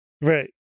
right